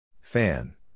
Fan